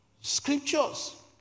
Scriptures